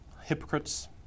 hypocrites